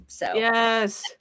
Yes